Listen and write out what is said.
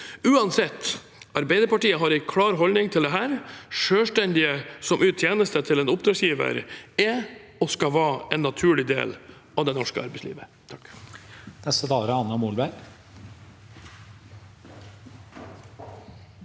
slave. Arbeiderpartiet har uansett en klar holdning til dette. Selvstendige som yter tjenester til en oppdragsgiver, er og skal være en naturlig del av det norske arbeidslivet.